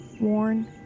worn